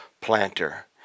planter